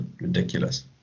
ridiculous